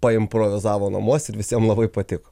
paimprovizavo namuose ir visiem labai patiko